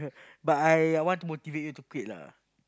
but I I want to motivate you to quit lah